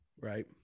right